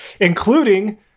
including